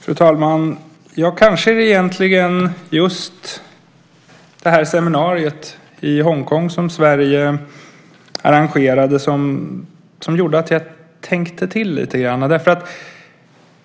Fru talman! Kanske det egentligen just var seminariet i Hongkong som Sverige arrangerade som gjorde att jag tänkte till lite grann.